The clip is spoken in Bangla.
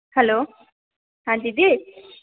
হ্যালো হ্যাঁ দিদি